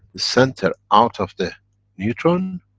the center out of the neutron,